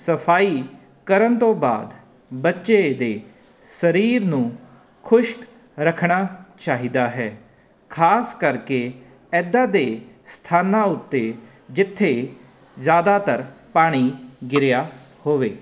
ਸਫਾਈ ਕਰਨ ਤੋਂ ਬਾਅਦ ਬੱਚੇ ਦੇ ਸਰੀਰ ਨੂੰ ਖੁਸ਼ਕ ਰੱਖਣਾ ਚਾਹੀਦਾ ਹੈ ਖਾਸ ਕਰਕੇ ਐਦਾਂ ਦੇ ਸਥਾਨਾਂ ਉੱਤੇ ਜਿੱਥੇ ਜ਼ਿਆਦਾਤਰ ਪਾਣੀ ਗਿਰਿਆ ਹੋਵੇ